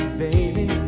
baby